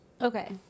Okay